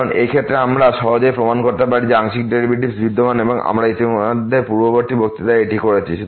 কারণ এই ক্ষেত্রে আমরা সহজেই প্রমাণ করতে পারি যে আংশিক ডেরিভেটিভস বিদ্যমান এবং আমরা ইতিমধ্যে পূর্ববর্তী বক্তৃতায় এটি করেছি